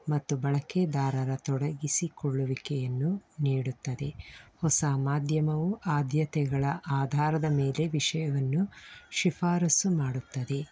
ಮತ್ತು ಬಳಕೆದಾರರ ತೊಡಗಿಸಿಕೊಳ್ಳುವಿಕೆಯನ್ನು ನೀಡುತ್ತದೆ ಹೊಸ ಮಾಧ್ಯಮವು ಆದ್ಯತೆಗಳ ಆಧಾರದ ಮೇಲೆ ವಿಷಯವನ್ನು ಶಿಫಾರಸ್ಸು ಮಾಡುತ್ತದೆ